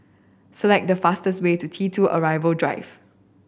select the fastest way to T Two Arrival Drive